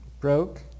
broke